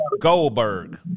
Goldberg